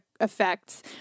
Effects